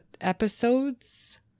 episodes